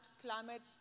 climate